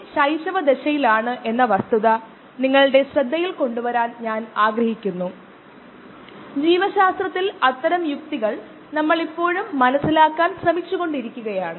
ഒരു bioreactor മറ്റൊന്നുമല്ല ഒരു പാത്രം ഉയർന്ന ഉപകരണവും നിയന്ത്രിതവുമായ ഒരു പാത്രം അതിൽ ബയോ റിയാക്ഷൻ നടക്കുകയും ബയോ ഉൽപന്നങ്ങൾ നിർമ്മിക്കുകയും ചെയ്യുന്നു